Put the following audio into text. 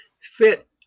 fit